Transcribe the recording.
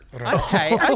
Okay